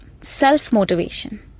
Self-motivation